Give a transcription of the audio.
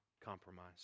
compromise